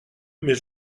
mais